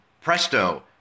presto